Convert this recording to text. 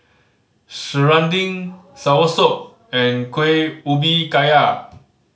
serunding soursop and Kueh Ubi Kayu